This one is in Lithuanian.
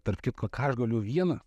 tarp kitko ką aš galiu vieną